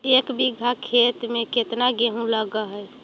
एक बिघा खेत में केतना गेहूं लग है?